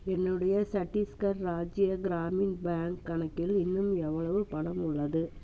என்னுடைய சட்டீஸ்கர் ராஜ்ய க்ராமின் பேங்க் கணக்கில் இன்னும் எவ்வளவு பணம் உள்ளது